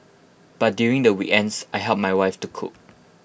but during the we ends I help my wife to cook